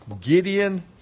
Gideon